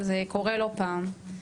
זה קורה לא פעם.